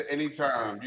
Anytime